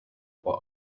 while